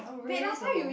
I'm ready to go